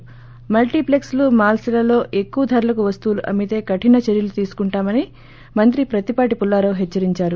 ి multiplex లు malls లలో ఎక్కువ ధరలకు వస్తువులు అమ్మితే కఠిన చర్యలు తీసుకుంటామని మంత్రి ప్రత్తిపాటి పుల్లారావు హెచ్చరించారు